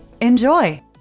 enjoy